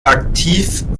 aktiv